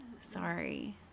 Sorry